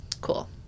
Cool